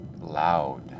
loud